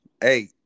hey